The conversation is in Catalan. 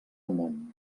món